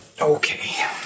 Okay